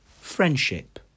friendship